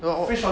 oh oh